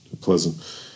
pleasant